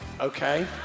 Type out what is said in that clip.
Okay